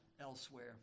elsewhere